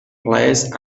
place